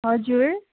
हजुर